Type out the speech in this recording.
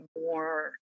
more